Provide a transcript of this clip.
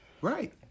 Right